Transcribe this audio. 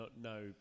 no